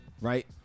right